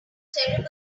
terrible